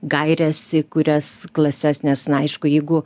gaires į kurias klases nes na aišku jeigu